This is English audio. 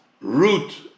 root